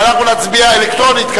ואנחנו נצביע אלקטרונית,